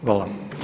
Hvala.